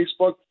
Facebook